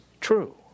true